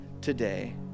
today